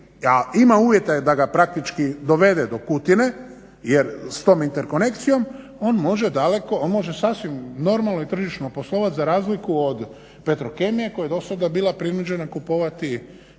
ima uvjete da ga praktički dovede do Kutine jer s tom interkonekcijom on može sasvim normalno i tržišno poslovat za razliku od Petrokemije koja je do sada prinuđena kupovati plin